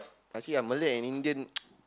actually I Malay and Indian